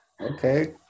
Okay